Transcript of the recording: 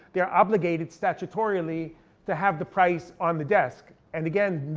they're obligated statutorily to have the price on the desk. and again,